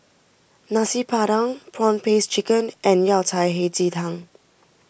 Nasi Padang Prawn Paste Chicken and Yao Cai Hei Ji Tang